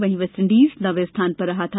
वहीं वेस्टइंडीज नौवें स्थान पर रहा था